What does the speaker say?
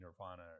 nirvana